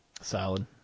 solid